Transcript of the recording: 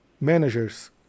managers